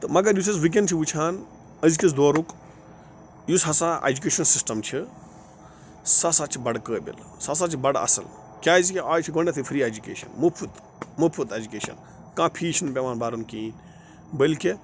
تہٕ مگر یُس أسۍ وٕکٮ۪ن چھِ وٕچھان أزۍکِس دورُک یُس ہسا اٮ۪جُکیشَن سِسٹَم چھِ سُہ ہسا چھُ بَڈٕ قٲبِل سُہ ہسا چھِ بَڑٕ اَصٕل کیٛازکہِ آز چھِ گۄڈنٮ۪تھٕے فِرٛی اٮ۪جُکیشَن مُفٕت مُفٕت اٮ۪جُکیشَن کانٛہہ فیٖس چھُنہٕ پٮ۪وان بَرُن کِہیٖنۍ بٔلکہِ